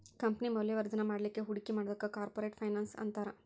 company ಮೌಲ್ಯವರ್ಧನ ಮಾಡ್ಲಿಕ್ಕೆ ಹೂಡಿಕಿ ಮಾಡೊದಕ್ಕ ಕಾರ್ಪೊರೆಟ್ ಫೈನಾನ್ಸ್ ಅಂತಾರ